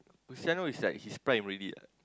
Christiano is like his prime already ah